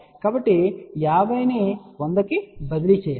కాబట్టి 50 ను 100 కి బదిలీ చేయాలి